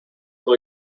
for